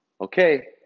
okay